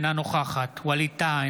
אינה נוכחת ווליד טאהא,